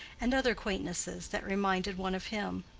and other quaintnesses that reminded one of him.